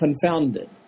confounded